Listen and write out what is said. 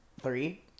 Three